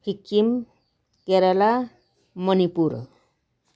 Sikkim Kerala Manipur